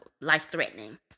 life-threatening